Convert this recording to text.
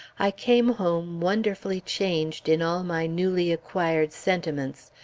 i came home wonderfully changed in all my newly acquired sentiments,